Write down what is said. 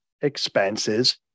expenses